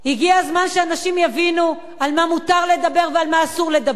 הגיע הזמן שאנשים יבינו על מה מותר לדבר ועל מה אסור לדבר,